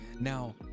Now